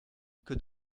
que